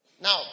Now